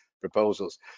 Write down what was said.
proposals